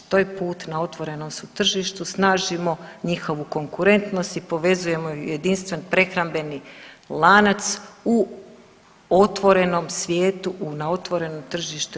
To je put na otvorenom su tržištu, snažimo njihovu konkurentnost i povezujemo jedinstven prehrambeni lanac u otvorenom svijetu, na otvorenom tržištu EU.